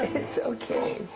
it's okay.